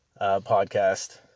podcast